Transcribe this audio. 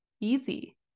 easy